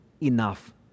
enough